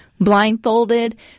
Blindfolded